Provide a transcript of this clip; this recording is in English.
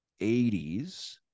80s